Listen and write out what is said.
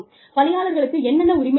பணியாளர்களுக்கு என்னென்ன உரிமை உள்ளது